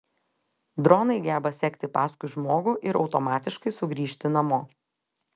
dronai geba sekti paskui žmogų ir automatiškai sugrįžti namo